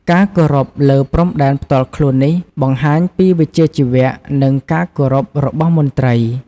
ការគោរពលើព្រំដែនផ្ទាល់ខ្លួននេះបង្ហាញពីវិជ្ជាជីវៈ និងការគោរពរបស់មន្ត្រី។